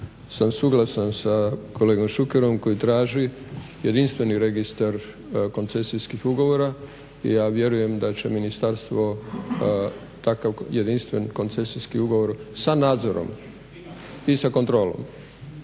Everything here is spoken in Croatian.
sam suglasan sa kolegom Šukerom koji traži jedinstveni registra koncesijskih ugovora i ja vjerujem da će ministarstvo takav jedinstven koncesijski ugovor sa nadzorom i sa kontrolom